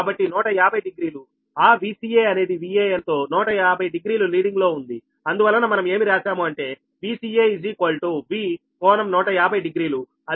కాబట్టి 150 డిగ్రీలు ఆ Vca అనేది Van తో 150 డిగ్రీల లీడింగ్ లో ఉందిఅందువలన మనం ఏమి రాశాము అంటే Vca V∟150 డిగ్రీలు